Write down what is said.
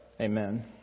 Amen